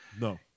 No